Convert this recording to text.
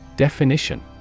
Definition